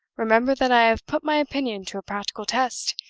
remember that i have put my opinion to a practical test,